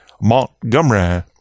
Montgomery